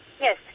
Yes